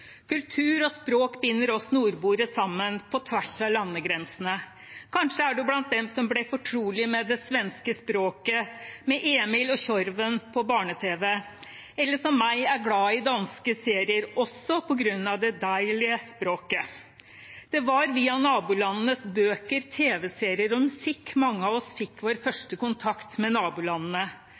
Kultur og språk binder oss nordboere sammen på tvers av landegrensene. Kanskje er du blant dem som ble fortrolig med det svenske språket med Emil og Tjorven på barne-TV, eller som meg er glad i danske serier også på grunn av det «dejlige» språket. Det var via nabolandenes bøker, tv-serier og musikk mange av oss fikk vår første kontakt med nabolandene.